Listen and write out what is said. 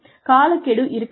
காலக்கெடு இருக்க வேண்டும்